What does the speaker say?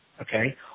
okay